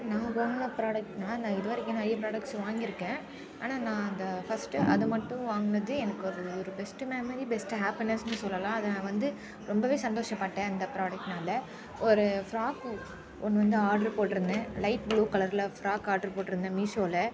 நான் வாங்கின ப்ராடக்ட்னால் நான் இதுவரைக்கும் நிறைய ப்ராடக்ட்ஸ் வாங்கியிருக்கேன் ஆனால் நான் அந்த ஃபஸ்ட்டு அதுமட்டும் வாங்கினது எனக்கு ஒரு ஒரு பெஸ்ட்டு மெமரி பெஸ்ட்டு ஹாப்பினஸ்னு சொல்லலாம் அது நான் வந்து ரொம்பவே சந்தோஷப்பட்டேன் அந்த ப்ராடக்டினால் ஒரு ஃபிராக்கு ஒன்று வந்து ஆர்டரு போட்டிருந்தேன் லைட் ப்ளூ கலரில் ஃபிராக் ஆர்டரு போட்டிருந்தேன் மீஷோவில்